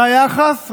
והיחס?